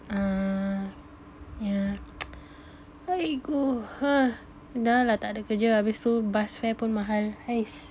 uh yeah aigoo dah lah tak ada kerja habis tu bus fare pun mahal !hais!